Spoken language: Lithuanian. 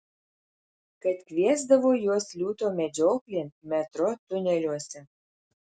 kad kviesdavo juos liūto medžioklėn metro tuneliuose